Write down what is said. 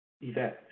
event